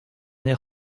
air